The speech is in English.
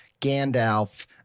Gandalf